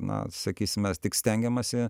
na sakysim tik stengiamasi